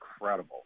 incredible